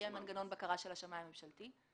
יהיה מנגנון בקרה של השמאי הממשלתי,